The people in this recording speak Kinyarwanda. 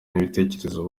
n’ibitekerezo